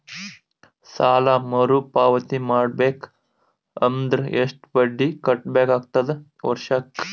ಸಾಲಾ ಮರು ಪಾವತಿ ಮಾಡಬೇಕು ಅಂದ್ರ ಎಷ್ಟ ಬಡ್ಡಿ ಕಟ್ಟಬೇಕಾಗತದ ವರ್ಷಕ್ಕ?